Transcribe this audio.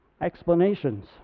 explanations